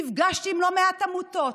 נפגשתי עם לא מעט עמותות,